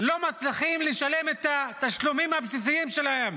לא מצליחים לשלם את התשלומים הבסיסיים שלהם.